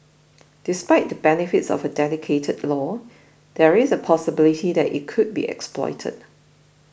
despite the benefits of a dedicated law there is a possibility that it could be exploited